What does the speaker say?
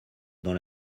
dans